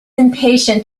impatient